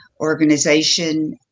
organization